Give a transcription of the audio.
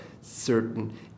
certain